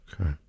Okay